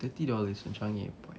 thirty dollars on changi airport